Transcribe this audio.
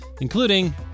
including